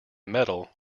metal